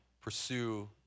pursue